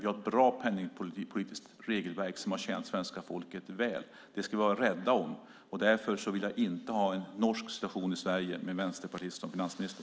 Vi har ett bra penningpolitiskt regelverk som har tjänat svenska folket väl. Det ska vi vara rädda om. Därför vill jag inte ha en norsk situation i Sverige med en vänsterpartist som finansminister.